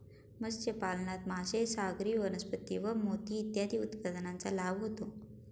मत्स्यपालनात मासे, सागरी वनस्पती व मोती इत्यादी उत्पादनांचा लाभ होतो